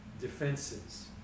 defenses